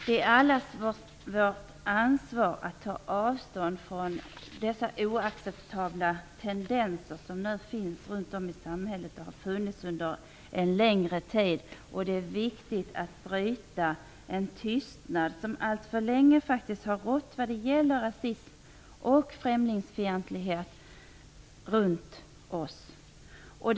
Det är allas vårt ansvar att ta avstånd från dessa oacceptabla tendenser som nu finns runt om i samhället och som har funnits under en längre tid. Det är viktigt att bryta en tystnad som alltför länge har rått när det gäller rasism och främlingsfientlighet runt omkring oss.